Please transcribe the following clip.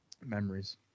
Memories